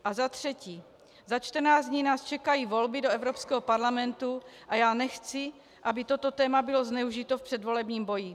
A za třetí, za čtrnáct dní nás čekají volby do Evropského parlamentu a já nechci, aby toto téma bylo zneužito v předvolebním boji.